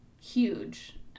huge